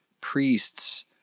priests